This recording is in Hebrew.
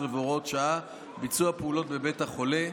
13 והוראת שעה) (ביצוע פעולות בבית החולה)